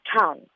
town